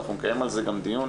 אנחנו נקיים על זה גם דיון,